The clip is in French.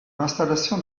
l’installation